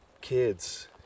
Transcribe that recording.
kids